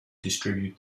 distribute